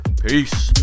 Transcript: Peace